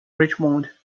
richmond